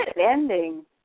ending